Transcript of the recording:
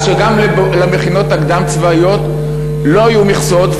אז שגם למכינות הקדם-הצבאיות לא יהיו מכסות,